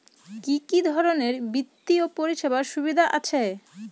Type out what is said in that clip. কি কি ধরনের বিত্তীয় পরিষেবার সুবিধা আছে?